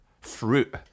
fruit